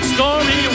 Story